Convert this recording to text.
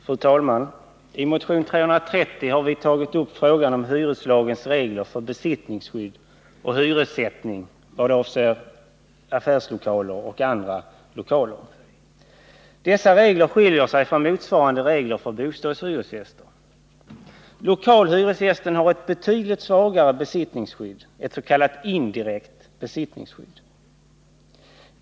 Fru talman! I motion 330 har vi tagit upp frågan om hyreslagens regler för besittningsskydd och hyressättning vad avser affärslokaler och andra lokaler. Dessa regler skiljer sig från motsvarande regler för bostadshyreslägenheter. Lokalhyresgästen har ett betydligt svagare besittningsskydd, etts.k. indirekt besittningsskydd än bostadshyresgästen.